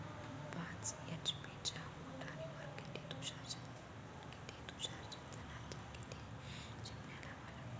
पाच एच.पी च्या मोटारीवर किती तुषार सिंचनाच्या किती चिमन्या लावा लागन?